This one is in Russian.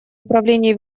управления